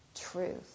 truth